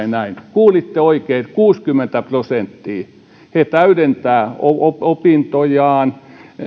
kuulitte oikein kuusikymmentä prosenttia he täydentävät opintojaan